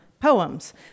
poems